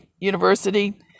University